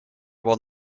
won